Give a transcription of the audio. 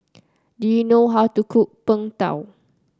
do you know how to cook Png Tao